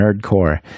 Nerdcore